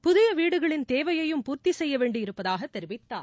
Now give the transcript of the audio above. புதிய வீடுகளின் தேவையையும் பூர்த்தி செய்யவேண்டியிருப்பதாக தெரிவித்தார்